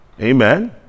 amen